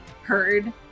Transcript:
heard